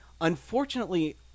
Unfortunately